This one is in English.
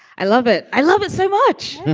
i love it. i love it so much.